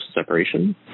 separation